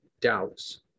doubts